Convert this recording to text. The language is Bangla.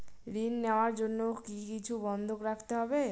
ঋণ নেওয়ার জন্য কি কিছু বন্ধক রাখতে হবে?